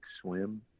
swim